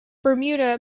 bermuda